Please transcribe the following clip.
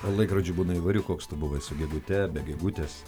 laikrodžių būna įvairių koks tu buvai su gegute be gegutės